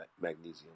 magnesium